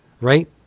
right